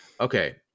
Okay